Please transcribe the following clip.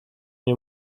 nie